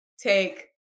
take